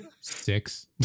six